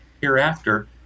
hereafter